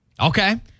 okay